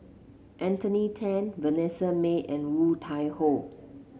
Anthony Then Vanessa Mae and Woon Tai Ho